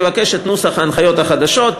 תבקש את נוסח ההנחיות החדשות,